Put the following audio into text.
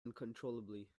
uncontrollably